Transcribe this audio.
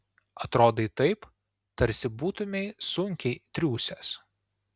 atrodai taip tarsi būtumei sunkiai triūsęs